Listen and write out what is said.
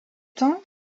temps